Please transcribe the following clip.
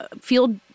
feel